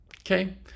Okay